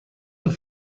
have